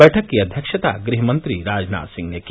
बैठक की अध्यक्षता गृहमंत्री राजनाथ सिंह ने की